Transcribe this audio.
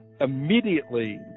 immediately